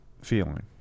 feeling